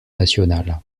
national